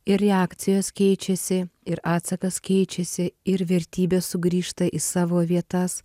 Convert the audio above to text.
ir reakcijos keičiasi ir atsakas keičiasi ir vertybės sugrįžta į savo vietas